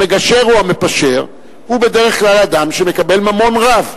המגשר הוא המפשר, הוא בדרך כלל אדם שמקבל ממון רב.